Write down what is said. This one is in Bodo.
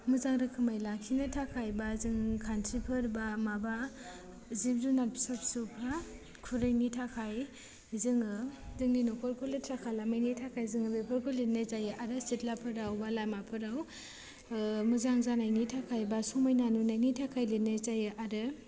मोजां रोखोमै लाखिनो थाखाय बा जों खान्स्रिफोर बा माबा जिब जुनाद फिसा फिसौफ्रा खुरैनि थाखाय जोङो जोंनि न'खरखौ लेथ्रा खालामैनि थाखाय जोङो बेफोरखौ लिरनाय जायो आरो सिथलाफोराव बा लामाफोराव मोजां जानायनि थाखाय बा समायना नुनायनि थाखाय लेरनाय जायो आरो